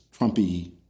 Trumpy